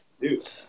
Dude